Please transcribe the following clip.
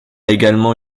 également